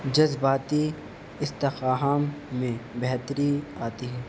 جذباتی استحکام میں بہتری آتی ہے